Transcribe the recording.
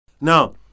Now